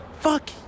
fuck